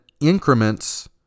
increments